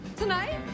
Tonight